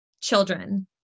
children